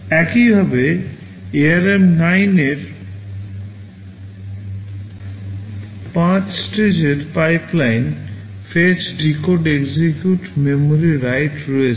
একইভাবে ARM 9 এর 5 স্টেজের pipeline fetch decode execute memory write রয়েছে